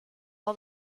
all